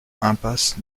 impasse